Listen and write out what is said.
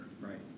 Right